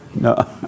no